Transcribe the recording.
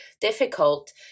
difficult